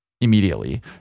immediately